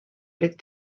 olid